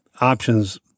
options